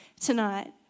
tonight